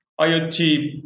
IoT